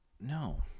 no